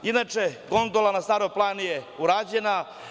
Inače, gondola na Staroj Planini je urađena.